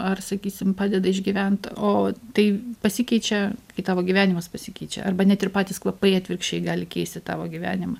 ar sakysim padeda išgyvent o tai pasikeičia kai tavo gyvenimas pasikeičia arba net ir patys kvapai atvirkščiai gali keisti tavo gyvenimą